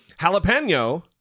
jalapeno